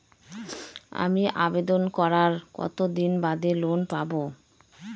আমি আবেদন করার কতদিন বাদে লোন পাব?